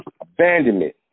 abandonment